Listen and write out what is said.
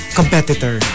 competitor